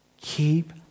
keep